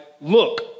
Look